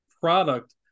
product